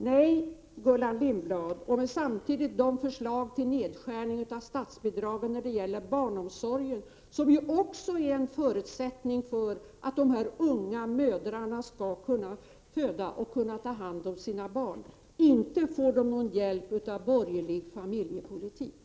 Det är, Gullan Lindblad, samma sak med förslagen om nedskärning av statsbidragen till barnomsorgen, vilken ju är en annan förutsättning för att de här unga mödrarna skall kunna föda och ta hand om sina barn. Inte får de någon hjälp av borgerlig familjepolitik.